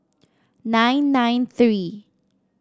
nine nine three